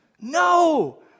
No